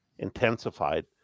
intensified